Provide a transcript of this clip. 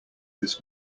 this